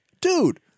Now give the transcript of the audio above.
Dude